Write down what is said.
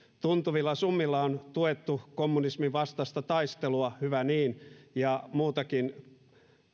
tuntuvilla summilla on tuettu kommunismin vastaista taistelua hyvä niin ja muutakin